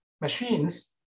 machines